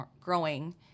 growing